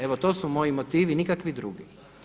Evo to su moji motivi, nikakvi drugi.